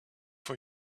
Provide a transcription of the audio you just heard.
for